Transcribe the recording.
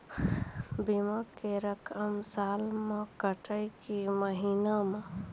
बीमा के रकम साल मे कटत कि महीना मे?